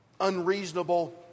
unreasonable